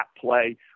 play